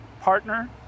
partner